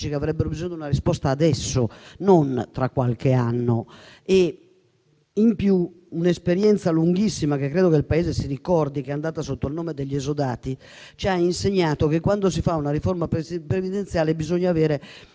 che avrebbero bisogno di una risposta adesso e non tra qualche anno. Inoltre, un'esperienza lunghissima, che credo che il Paese ricordi, quella dei cosiddetti esodati, ci ha insegnato che, quando si fa una riforma previdenziale, bisogna avere